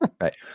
Right